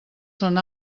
són